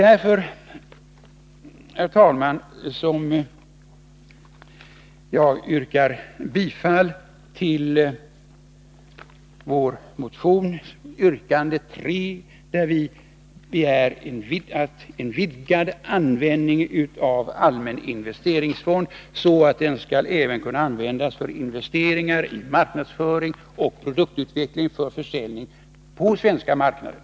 Därför, herr talman, yrkar jag bifall till reservation 4 vid finansutskottets betänkande nr 20, där vi begär en vidgad användning av allmän investeringsfond så att den skall kunna användas även för investeringar i marknadsföring och produktutveckling för försäljning på den svenska marknaden.